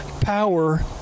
power